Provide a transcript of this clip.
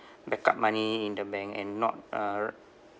backup money in the bank and not uh